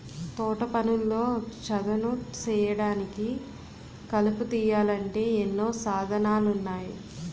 తోటపనుల్లో చదును సేయడానికి, కలుపు తీయాలంటే ఎన్నో సాధనాలున్నాయి